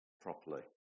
properly